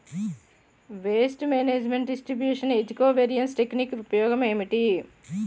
paste management distribution ఏజ్జి covariance technique ఉపయోగం ఏంటి